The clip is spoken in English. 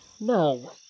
No